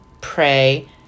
Pray